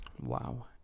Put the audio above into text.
Wow